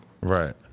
Right